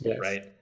right